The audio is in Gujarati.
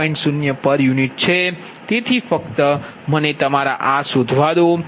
0 pu છે તેથી ફક્ત મને તમારા આ શોધવા દો